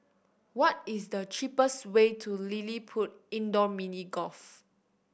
what is the cheapest way to LilliPutt Indoor Mini Golf